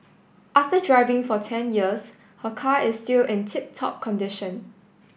after driving for ten years her car is still in tip top condition